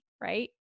Right